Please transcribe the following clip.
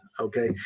okay